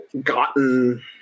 gotten